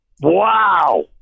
wow